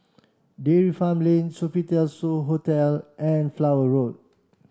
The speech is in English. Dairy Farm Lane Sofitel So Hotel and Flower Road